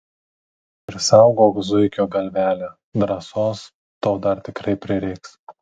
ir saugok zuikio galvelę drąsos tau dar tikrai prireiks